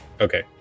Okay